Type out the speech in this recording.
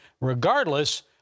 Regardless